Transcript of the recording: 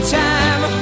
time